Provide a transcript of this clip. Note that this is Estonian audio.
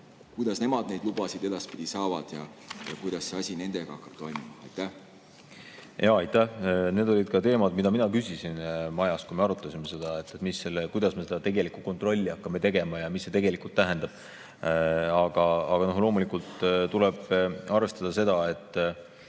Kuidas nemad neid lubasid edaspidi saavad ja kuidas see asi nendega hakkab toimuma? Aitäh! Need olid teemad, mille kohta ka mina küsisin majas, kui me arutasime seda, kuidas me seda kontrolli hakkame tegema ja mida see tegelikult tähendab. Aga loomulikult tuleb arvestada seda, et